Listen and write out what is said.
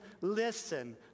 listen